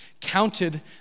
counted